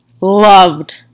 loved